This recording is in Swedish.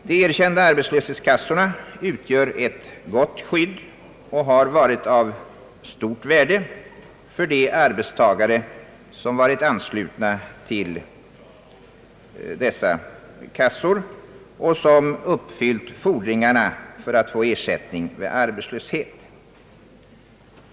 De erkända arbetslöshetskassorna utgör ett gott skydd och har varit av stort värde för de arbetstagare som varit anslutna till dem och som uppfyllt fordringarna för att få ersättning vid arbetslöshet.